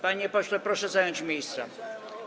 Panie pośle, proszę zająć miejsce.